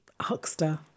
huckster